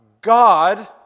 God